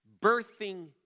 birthing